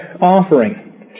offering